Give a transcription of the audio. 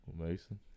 Mason